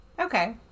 okay